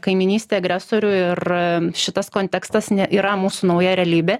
kaimynystė agresorių ir šitas kontekstas yra mūsų nauja realybė